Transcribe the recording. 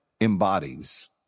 embodies